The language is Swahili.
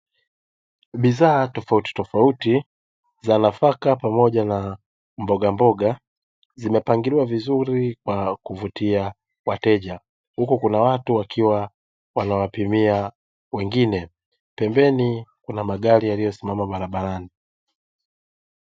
Bidhaa tofautitofauti za nafaka pamoja na mbogamboga, zimepangiliwa vizuri kwa kuvutia wateja, huku kuna watu wakiwa wanawapimia wengine. Pembeni kuna magari yaliyosimama barabarani.